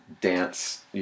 dance